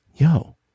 Yo